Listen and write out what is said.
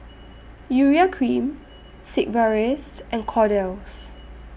Urea Cream Sigvaris and Kordel's